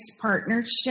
partnership